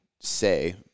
say